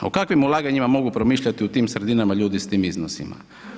O kakvim ulaganjima mogu promišljati u tim sredinama ljudi s tim iznosima?